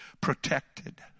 protected